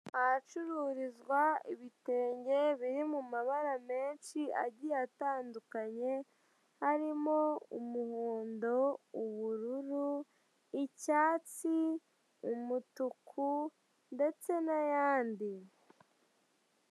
Ahacururizwa ibitenge biri mu mabara menshi agiye atandukanye arimo umuhondo, ubururu, icyatsi, umutuku, ndetse n'ayandi.